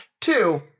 Two